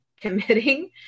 committing